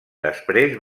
després